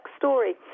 story